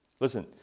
Listen